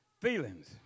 Feelings